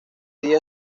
día